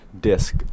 disc